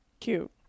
cute